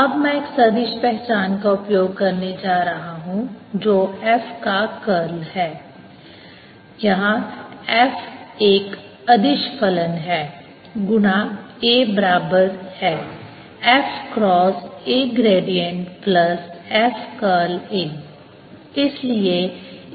अब मैं एक सदिश पहचान का उपयोग करने जा रहा हूं जो f का कर्ल है जहां f एक अदिश फलन है गुणा A बराबर है f cross A gradient plus f curl A